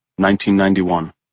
1991